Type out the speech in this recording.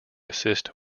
assist